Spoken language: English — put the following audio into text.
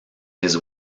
his